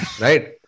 right